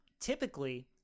Typically